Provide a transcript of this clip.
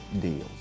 deals